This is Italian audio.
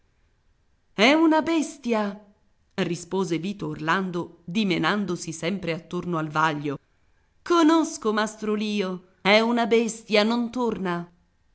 è una bestia rispose vito orlando dimenandosi sempre attorno al vaglio conosco mastro lio è una bestia non torna